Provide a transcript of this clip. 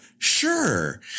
sure